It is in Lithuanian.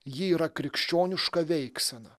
ji yra krikščioniška veiksena